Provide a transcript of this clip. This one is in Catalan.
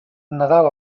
nadal